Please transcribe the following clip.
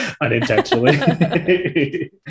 unintentionally